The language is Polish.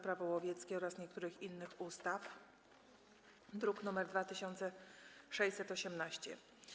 Prawo łowieckie oraz niektórych innych ustaw, druk nr 2618.